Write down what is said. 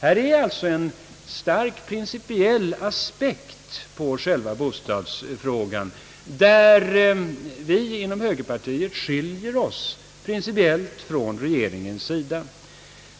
Detta är en principiell aspekt på själva bostadsfrågan, beträffande vilken vi inom högerpartiet skiljer oss principiellt från regeringen i vår inställning.